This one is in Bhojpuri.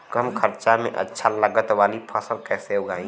कम खर्चा में अच्छा लागत वाली फसल कैसे उगाई?